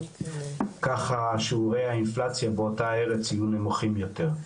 ככה שיעורי האינפלציה באותה ארץ יהיו נמוכים יותר,